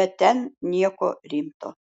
bet ten nieko rimto